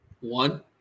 One